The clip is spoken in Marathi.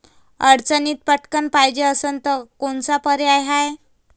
अडचणीत पटकण पायजे असन तर कोनचा पर्याय हाय?